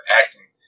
acting